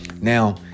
now